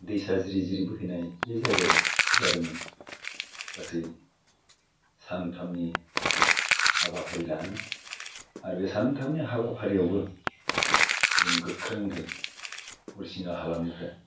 दैसा जिरि जिरि बोहैनाय बे जायगायाव जादोंमोन गासै सानथामनि हाबाफारि लानानै आरो बे सानथामनि हाबाफारियावबो जों गोख्रोङै हरसिंगा हालामनिफ्राय